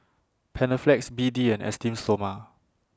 Panaflex B D and Esteem Stoma